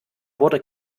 wurde